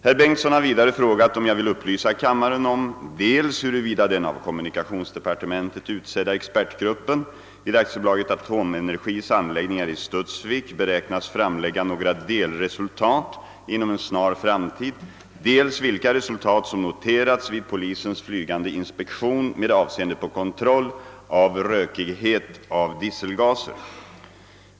Herr Bengtson har vidare frågat om jag vill upplysa kammaren om dels huruvida den av kommunikationsdepartementet utsedda expertgruppen vid AB Atomenergis anläggningar i Studsvik beräknas framlägga några delresultat inom en snar framtid, dels vilka resultat som noterats vid polisens flygande inspektion med avseende på kontroll av rökighet av dieselavgaser.